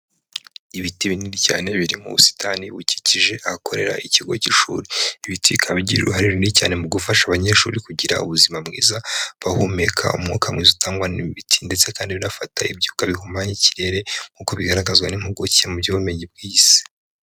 Ibiti binini cyane biri mu busitani bukikije ahakorera ikigo cy'ishuri, ibiti bikaba bigirara uruhare runini cyane mu gufasha abanyeshuri kugira ubuzima bwiza bahumeka umwuka mwiza utangwa n'imiti ndetse kandi binafata ibyuka bihumanya ikirere nk'uko bigaragazwa n'impuguke mu by'ubumenyi bw'iyi si.